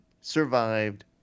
survived